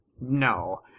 No